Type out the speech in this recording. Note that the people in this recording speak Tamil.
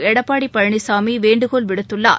எடப்பாடி பழனிசாமி வேண்டுகோள் விடுத்துள்ளார்